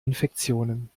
infektionen